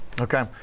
Okay